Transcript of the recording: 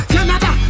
Canada